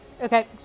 Okay